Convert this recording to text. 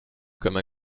comme